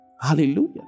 Hallelujah